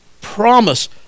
promise